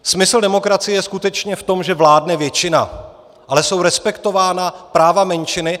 Smysl demokracie je skutečně v tom, že vládne většina, ale jsou respektována práva menšiny.